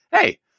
Hey